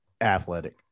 Athletic